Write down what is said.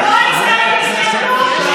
לא יצא לי מזה כלום.